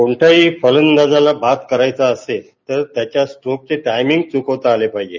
कोणत्याही फलंदाजाला बाद करायचं असेल तर त्याच्या स्ट्रोकचे टायमिंग च्कवता आले पाहिजेत